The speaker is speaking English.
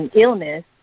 illness